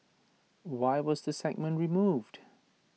why was the segment removed